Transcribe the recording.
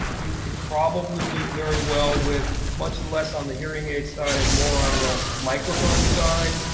you could probably do very well with much less on the hearing aid side and more on the microphone side.